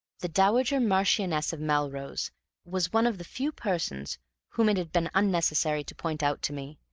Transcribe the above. the dowager marchioness of melrose was one of the few persons whom it had been unnecessary to point out to me.